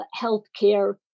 healthcare